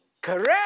correct